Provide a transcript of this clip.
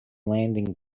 landing